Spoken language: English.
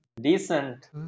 decent